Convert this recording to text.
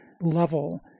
level